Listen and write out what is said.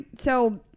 so-